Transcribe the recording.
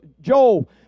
Joel